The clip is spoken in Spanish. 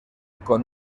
con